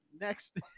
next